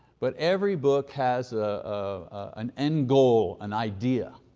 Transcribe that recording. but every book has ah an end goal, an idea.